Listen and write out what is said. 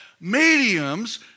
mediums